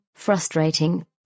Frustrating